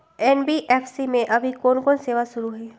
NBFC में अभी कोन कोन सेवा शुरु हई?